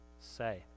say